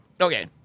Okay